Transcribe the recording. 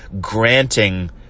granting